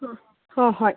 ꯍꯣꯏ ꯍꯣꯏ